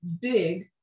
big